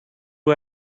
who